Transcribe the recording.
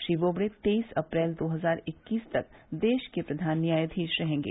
श्री बोबड़े तेईस अप्रैल दो हजार इक्कीस तक देश के प्रधान न्यायाधीश रहेंगे